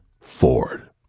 Ford